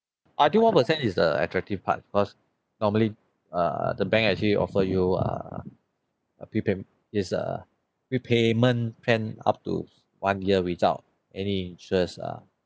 I think one per cent is the attractive part because normally err the bank actually offer you err repay is err repayment plan up to one year without any interest uh